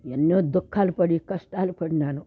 ఎన్నో దుఃఖాలు పడి కష్టాలు పడ్డాను